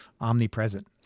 omnipresent